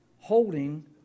Holding